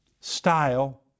style